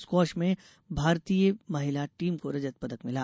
squash में भारतीय महिला टीम को रजत पदक मिला